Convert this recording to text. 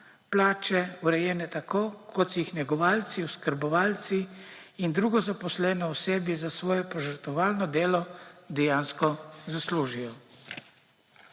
plače urejene tako kot si jih negovalci, oskrbovalci in drugo zaposleno osebje za svoje požrtvovalno delo dejansko zaslužijo.